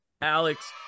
alex